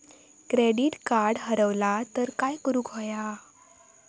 Credit card हरवला तर काय करुक होया?